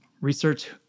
research